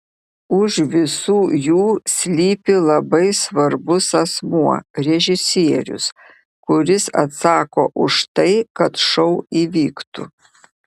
už visų jų slypi labai svarbus asmuo režisierius kuris atsako už tai kad šou įvyktų